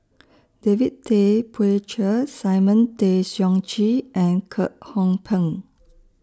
David Tay Poey Cher Simon Tay Seong Chee and Kwek Hong Png